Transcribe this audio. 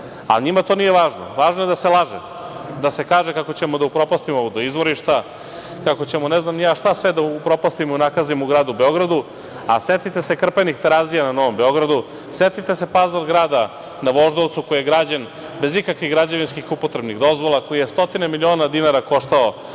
Beograda. Njima to nije važno. Važno je da se laže. Da se kaže kako ćemo da upropastimo izvorišta, kako ćemo ne znam ni ja šta sve da upropastimo, unakazimo u gradu Beogradu. Setite se krpenih Terazija na Novom Beogradu, setite za „Pazl grada“ na Voždovcu koji je građen bez ikakvih građevinskih upotrebnih dozvola, a koji je stotine miliona dinara koštao